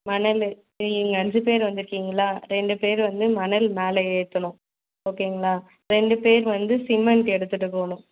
மணல் சரி நீங்கள் அஞ்சு பேர் வந்திருக்கீங்களா ரெண்டு பேர் வந்து மணல் மேலே ஏற்றணும் ஓகேங்களா ரெண்டு பேர் வந்து சிமெண்ட் எடுத்துகிட்டு போகணும்